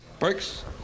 Works